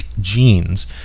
genes